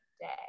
day